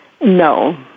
No